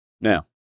Now